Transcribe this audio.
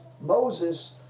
Moses